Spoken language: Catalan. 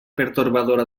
pertorbadora